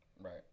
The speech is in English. Right